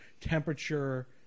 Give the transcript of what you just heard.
temperature